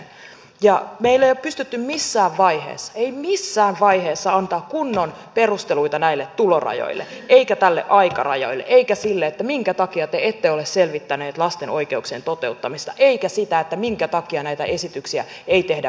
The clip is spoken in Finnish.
meille ei ole pystytty missään vaiheessa ei missään vaiheessa antamaan kunnon perusteluita näille tulorajoille eikä näille aikarajoille eikä sille minkä takia te ette ole selvittäneet lasten oikeuksien toteuttamista eikä sille minkä takia näitä esityksiä ei tehdä väliaikaisina